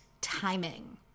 timing